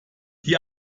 die